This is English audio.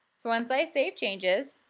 so once i save changes,